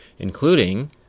including